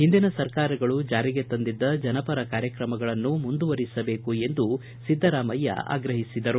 ಹಿಂದಿನ ಸರ್ಕಾರಗಳು ಜಾರಿಗೆ ತಂದಿದ್ದ ಜನಪರ ಕಾರ್ಯಕ್ರಮಗಳನ್ನು ಮುಂದುವರಿಸಬೇಕು ಎಂದು ಸಿದ್ದರಾಮಯ್ಯ ಆಗ್ರಹಿಸಿದರು